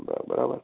બ બરાબર